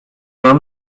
mam